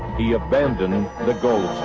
he abandoned the gold